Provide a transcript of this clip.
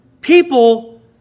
People